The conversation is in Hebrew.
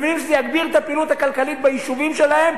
הם מבינים שזה יגביר את הפעילות הכלכלית ביישובים שלהם,